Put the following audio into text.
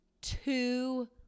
two